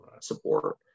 support